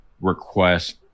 request